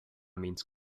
means